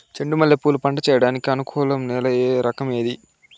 చెండు మల్లె పూలు పంట సేయడానికి అనుకూలం నేల రకం ఏది